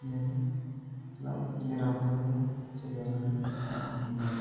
so నేను ఇన్ని రకాలుగా చేయాలని అనుకుంటున్నాను